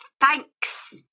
Thanks